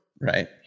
Right